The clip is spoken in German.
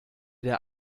der